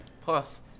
Plus